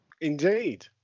Indeed